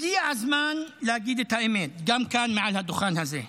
הגיע הזמן להגיד את האמת, גם כאן מעל הדוכן הזה: